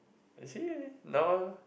actually now ah